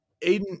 Aiden